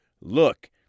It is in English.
Look